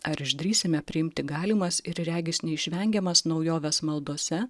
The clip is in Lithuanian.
ar išdrįsime priimti galimas ir regis neišvengiamas naujoves maldose